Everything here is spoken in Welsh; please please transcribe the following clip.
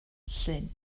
llyn